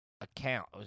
account